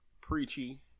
preachy